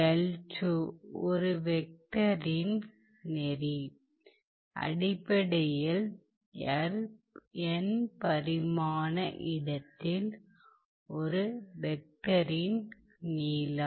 l2 ஒரு வெக்டரின் நெறி அடிப்படையில் n பரிமாண இடத்தில் ஒரு வெக்டரின் நீளம்